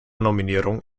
nominierung